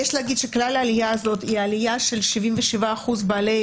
יש להגיד שכלל העלייה הזאת היא עלייה של 77% בעלי